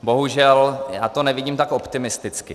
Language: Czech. Bohužel já to nevidím tak optimisticky.